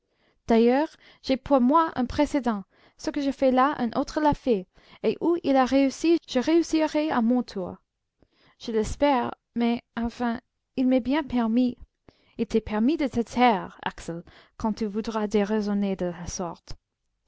d'ailleurs j'ai pour moi un précédent ce que je fais là un autre l'a fait et où il a réussi je réussirai à mon tour je l'espère mais enfin il m'est bien permis il t'est permis de te taire axel quand tu voudras déraisonner de la sorte